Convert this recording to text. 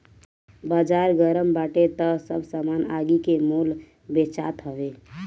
बाजार गरम बाटे तअ सब सामान आगि के मोल बेचात हवे